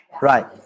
Right